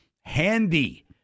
handy